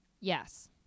Yes